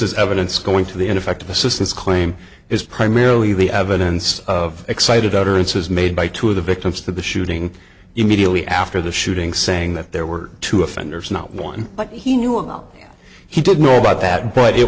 is evidence going to the ineffective assistance claim is primarily the evidence of excited utterances made by two of the victims of the shooting immediately after the shooting saying that there were two offenders not one but he knew about it he did know about that but it